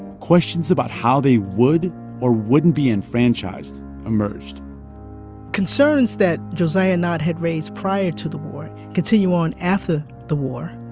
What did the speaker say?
questions about how they would or wouldn't be enfranchised emerged concerns that josiah nott had raised prior to the war continue on after the war,